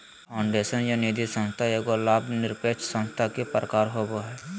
foundation या निधिसंस्था एगो लाभ निरपेक्ष संस्था के प्रकार होवो हय